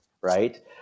right